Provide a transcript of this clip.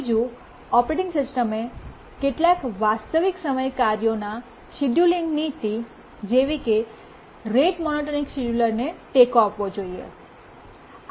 બીજું ઓપરેટિંગ સિસ્ટમએ કેટલાક વાસ્તવિક સમય કાર્યોના શેડ્યૂલિંગ નીતિ જેવી કે રેટ મોનોટોનિક શિડ્યુલરને ટેકો આપવો જોઈએ